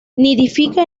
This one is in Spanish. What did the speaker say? nidifica